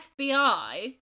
FBI